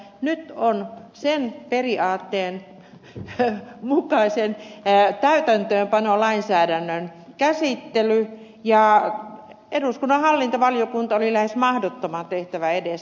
nyt on sen periaatteen mukaisen täytäntöönpanolainsäädännön käsittely ja eduskunnan hallintovaliokunta oli lähes mahdottoman tehtävän edessä